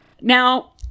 Now